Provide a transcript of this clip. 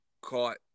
caught